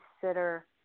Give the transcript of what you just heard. consider